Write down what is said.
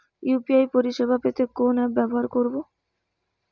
UPI পরিসেবা পেতে কোন অ্যাপ ব্যবহার করতে হবে?